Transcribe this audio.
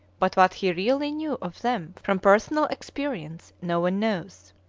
but what he really knew of them from personal experience no one knows.